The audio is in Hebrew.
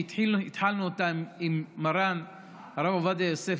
שהתחלנו אותן עם מרן הרב עובדיה יוסף,